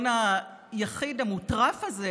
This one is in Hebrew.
משלטון היחיד המוטרף הזה,